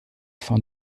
fin